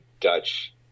Dutch